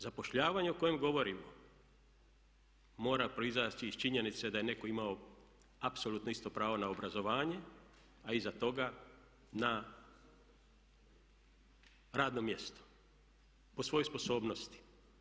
Zapošljavanje o kojem govorimo mora proizaći iz činjenice da je netko imao apsolutno isto pravo na obrazovanje, a iza toga na radno mjesto po svojoj sposobnosti.